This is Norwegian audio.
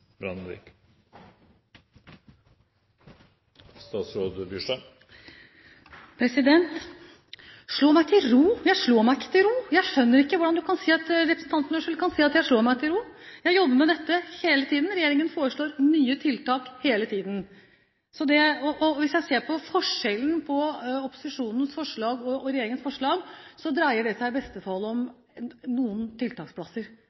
Slå meg til ro? Jeg slår meg ikke til ro! Jeg skjønner ikke at representanten kan si at jeg slår meg til ro. Jeg jobber med dette hele tiden, regjeringen foreslår nye tiltak hele tiden. Hvis jeg ser på forskjellen mellom opposisjonens forslag og regjeringens forslag, dreier det seg i beste fall om noen tiltaksplasser.